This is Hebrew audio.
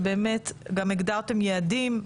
שבאמת גם הגדרתם יעדים,